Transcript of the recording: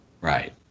Right